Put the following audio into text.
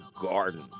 garden